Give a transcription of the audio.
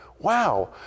wow